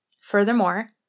Furthermore